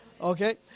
Okay